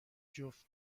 جفت